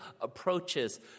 approaches